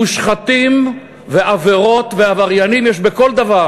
מושחתים ועבירות ועבריינים יש בכל דבר,